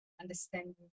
understanding